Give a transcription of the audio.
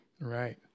Right